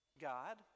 God